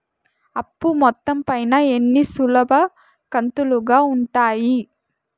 అప్పు మొత్తం పైన ఎన్ని సులభ కంతులుగా ఉంటాయి?